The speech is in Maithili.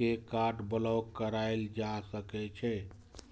के कार्ड ब्लॉक कराएल जा सकै छै